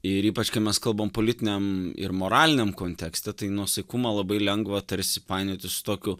ir ypač kai mes kalbam politiniam ir moraliniam kontekste tai nuosaikumą labai lengva tarsi painioti su tokiu